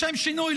לשם שינוי,